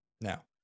Now